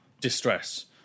distress